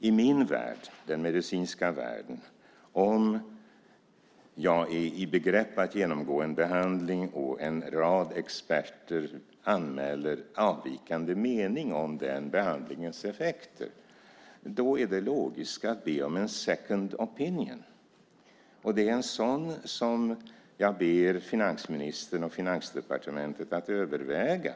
I min värld, den medicinska världen, är det logiskt att be om en second opinion om jag ska genomgå en behandling och en rad experter anmäler avvikande mening om den behandlingens effekter. Det är en sådan som jag ber finansministern och Finansdepartementet att överväga.